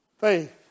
Faith